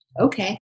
okay